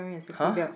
[huh]